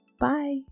bye